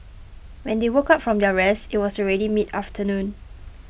when they woke up from their rest it was already mid afternoon